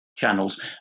channels